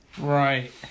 Right